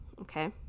okay